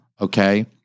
okay